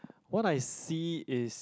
what I see is